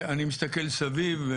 אני מסתכל סביב,